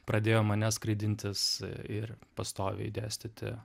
pradėjo mane skraidintis ir pastoviai dėstyti